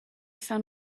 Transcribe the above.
sun